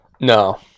No